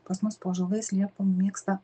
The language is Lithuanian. pas mus po ąžuolais liepom mėgsta